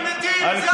5,000 מתים, זה העיקר.